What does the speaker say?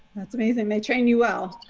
that's amazing. they train you well?